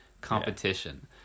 competition